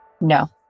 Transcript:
No